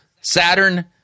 Saturn